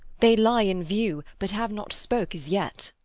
they lie in view but have not spoke as yet.